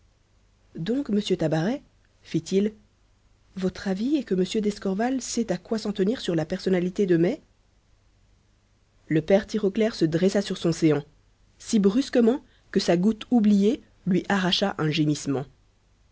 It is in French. donc monsieur tabaret fit-il votre avis est que m d'escorval sait à quoi s'en tenir sur la personnalité de mai le père tirauclair se dressa sur son séant si brusquement que sa goutte oubliée lui arracha un gémissement